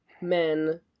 men